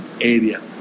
area